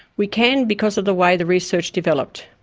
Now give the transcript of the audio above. we can because of the way the research developed.